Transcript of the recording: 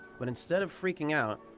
but instead of freaking out,